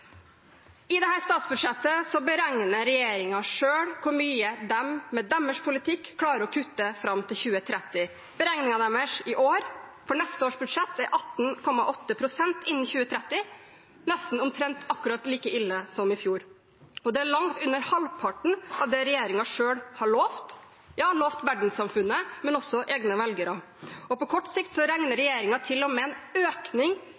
I dette statsbudsjettet beregner regjeringen selv hvor mye de med sin politikk klarer å kutte fram til 2030. Beregningen deres i år for neste års budsjett er 18,8 pst. innen 2030, omtrent like ille som i fjor, og det er langt under halvparten av det regjeringen selv har lovet – lovet verdenssamfunnet, men også egne velgere. På kort sikt regner regjeringen til og med med en økning